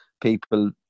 people